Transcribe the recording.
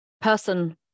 person